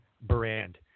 brand